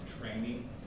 training